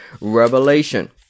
revelation